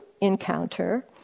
encounter